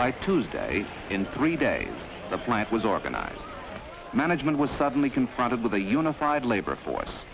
i tuesday in three days the plant was organized management was suddenly confronted with a unified labor for